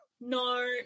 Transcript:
No